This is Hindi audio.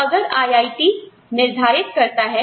तो अगर IIT निर्धारित करता है